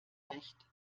recht